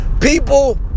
People